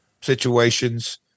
situations